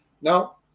Now